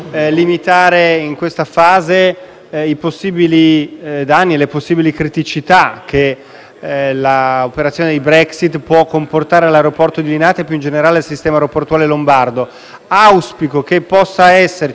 i possibili danni e le possibili criticità che l'operazione della Brexit può comportare all'aeroporto di Linate e più in generale al sistema aeroportuale lombardo. Auspico possa esserci in uno dei prossimi provvedimenti del Governo